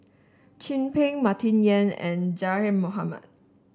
Chin Peng Martin Yan and Zaqy Mohamad